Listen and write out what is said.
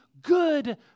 good